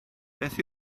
beth